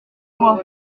moi